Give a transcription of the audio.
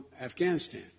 afghanistan